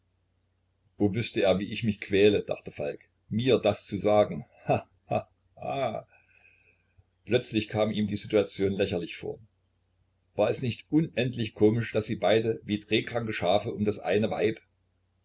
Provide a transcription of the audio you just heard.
o wüßte er wie ich mich quäle dachte falk mir das zu sagen ha ha ha plötzlich kam ihm die situation lächerlich vor war es nicht unendlich komisch daß sie beide wie drehkranke schafe um das eine weib